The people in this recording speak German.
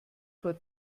vor